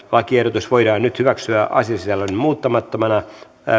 lakiehdotus voidaan nyt hyväksyä asiasisällöltään muuttamattomana